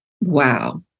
wow